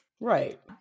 Right